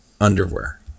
underwear